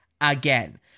again